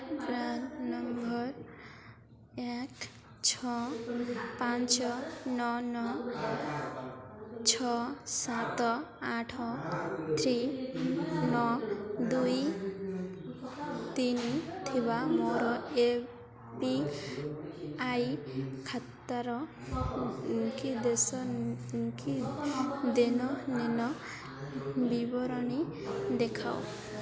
PRAN number ଏକ ଛଅ ପାଞ୍ଚ ନଅ ନଅ ଛଅ ସାତ ଆଠ ଥ୍ରୀ ନଅ ଦୁଇ ତିନି ଥିବା ମୋର ଏ ପି ୱାଇ ଖାତାର କି ଦେଶ କି ଦେନନେନ ବିବରଣୀ ଦେଖାଅ